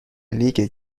لیگ